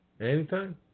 anytime